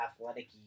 athletic